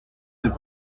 plus